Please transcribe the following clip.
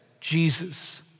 Jesus